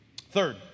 third